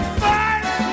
fight